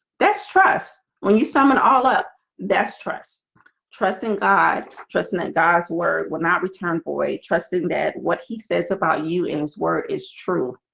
that's trust when you summon all up that's trust trusting god trusting that god's word will not return for a trusted that what he says about you and his word is true